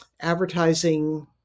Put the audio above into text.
advertising